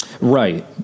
Right